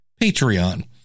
Patreon